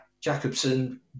Jacobson